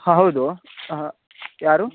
ಹಾಂ ಹೌದು ಹಾಂ ಯಾರು